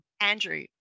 Andrew